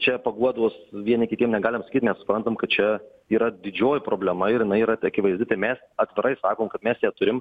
čia paguodos vieni kitiem negalim sakyt nes suprantam kad čia yra didžioji problema ir jinai yra akivaizdi tai mes atvirai sakom kad mes ją turim